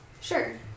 Sure